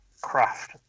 craft